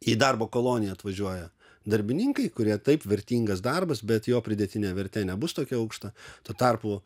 į darbo koloniją atvažiuoja darbininkai kurie taip vertingas darbas bet jo pridėtinė vertė nebus tokia aukšta tuo tarpu